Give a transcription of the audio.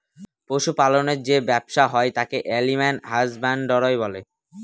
পশু পালনের যে ব্যবসা হয় তাকে এলিম্যাল হাসব্যানডরই বলে